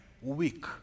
weak